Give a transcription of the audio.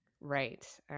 Right